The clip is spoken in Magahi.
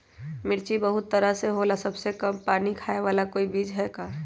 मिर्ची बहुत तरह के होला सबसे कम पानी खाए वाला कोई बीज है का?